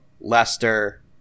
Lester